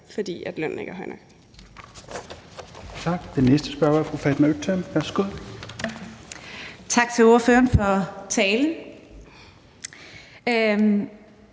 fordi lønnen ikke er høj nok.